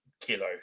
kilo